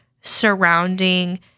surrounding